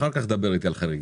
אחרי זה דבר איתי על חריגים.